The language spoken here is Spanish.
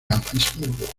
habsburgo